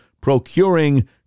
procuring